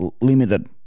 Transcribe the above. Limited